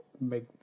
make